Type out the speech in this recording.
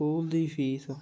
school ਦੀ fees